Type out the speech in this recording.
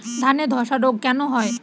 ধানে ধসা রোগ কেন হয়?